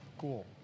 Cool